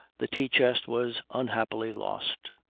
the tea-chest was unhappily lost.